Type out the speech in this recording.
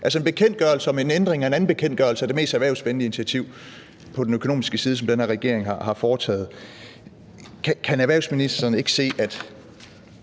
en anden bekendtgørelse er det mest erhvervsvenlige initiativ på den økonomiske side, som den her regering har foretaget. Kan erhvervsministeren ikke se, at